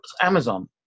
Amazon